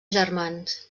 germans